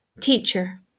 Teacher